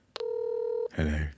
Hello